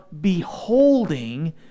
beholding